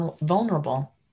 vulnerable